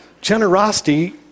Generosity